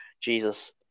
Jesus